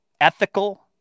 ethical